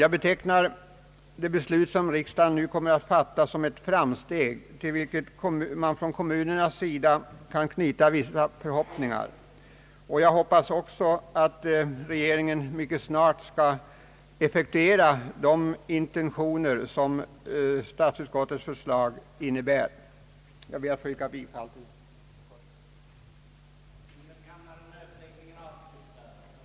Jag betecknar det beslut som riksdagen nu kommer att fatta som ett framsteg, till vilket man från kommunernas sida kan knyta vissa förhoppningar. Jag hoppas också att regeringen mycket snart skall effektuera de intentioner som statsutskottets förslag; innebär. Jag ber att få yrka bifall till utskottets hemställan. framlagts förslag om att riksdagen i skrivelse till Kungl. Maj:t skulle anhålla, att en undersökning av samtliga allmänna vägars tillstånd snarast måtte komma till stånd.